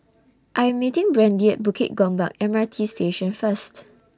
I Am meeting Brandy At Bukit Gombak M R T Station First